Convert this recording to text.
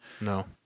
no